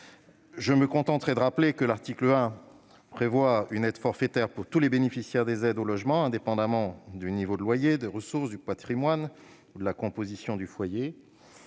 Je me contenterai de rappeler que l'article 1 prévoit une aide forfaitaire pour tous les bénéficiaires des aides au logement, indépendamment du niveau de loyer, des ressources, du patrimoine ou de la composition du foyer